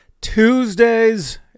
Tuesdays